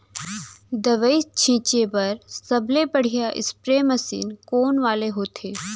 दवई छिंचे बर सबले बढ़िया स्प्रे मशीन कोन वाले होथे?